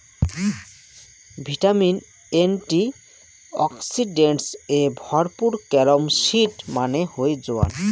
vitamin, antioxidants এ ভরপুর carom seed মানে হই জোয়ান